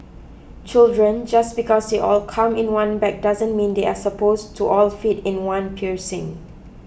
children just because they all come in one bag doesn't mean they are suppose to all fit in one piercing